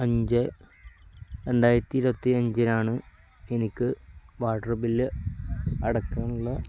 അഞ്ച് രണ്ടായിരത്തി ഇരുപത്തിയഞ്ചിനാണ് എനിക്ക് വാട്ടർ ബില്ല് അടക്കാനുള്ള